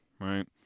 right